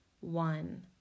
one